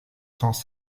temps